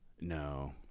No